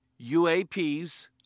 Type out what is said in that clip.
UAPs